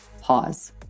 pause